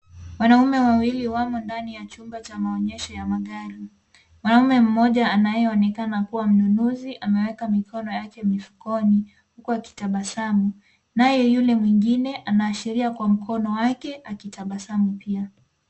Wanaume wawili wamo ndani ya chumba cha maonyesho ya magari. Mwanaume mmoja anayeonekana kuwa mnunuzi ameweka mikono yake mifukoni, huku akitabasamu naye yule mwingine anaashiria kwa mkono wake akitabasamu pia.